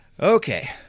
Okay